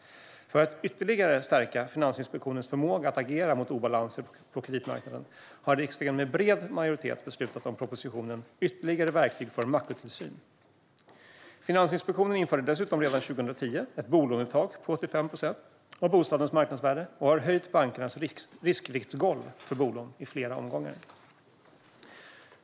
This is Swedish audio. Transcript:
För att ytterligare stärka Finansinspektionens förmåga att agera mot obalanser på kreditmarknaden har riksdagen med bred majoritet beslutat om propositionen Ytterligare verktyg för makrotillsyn . Finansinspektionen införde dessutom redan 2010 ett bolånetak på 85 procent av bostadens marknadsvärde och har höjt bankernas riskviktsgolv för bolån i flera omgångar.